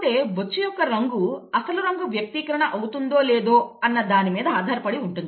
కాకపోతే బొచ్చు యొక్క రంగు అసలు రంగు వ్యక్తీకరణం అవుతుందో లేదో అన్న దానిమీద ఆధారపడి ఉంటుంది